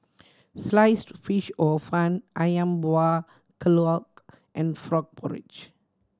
Sliced Fish Hor Fun Ayam Buah Keluak and frog porridge